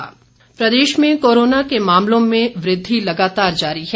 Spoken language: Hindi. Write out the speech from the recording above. हिमाचल कोरोना प्रदेश में कोरोना के मामलों में वृद्धि लगातार जारी है